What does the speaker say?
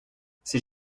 c’est